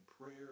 prayer